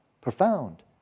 profound